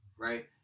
right